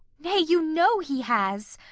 nay, you know he has.